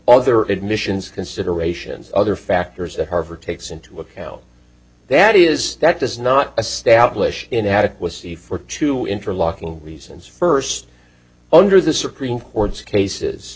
other admissions considerations other factors that harvard takes into account that is that does not establish inadequacy for two interlocking reasons first under the supreme court's cases